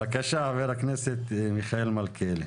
בבקשה חבר הכנסת מיכאל מלכיאלי.